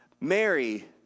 Mary